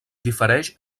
difereix